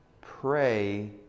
Pray